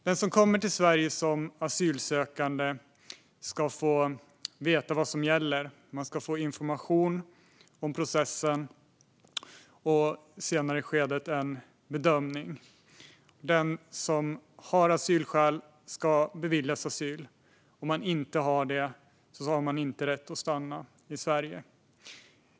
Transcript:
Den som kommer till Sverige som asylsökande ska få veta vad som gäller. Man ska få information om processen och i ett senare skede en bedömning. Den som har asylskäl ska beviljas asyl. Om man inte har det har man inte rätt att stanna i Sverige.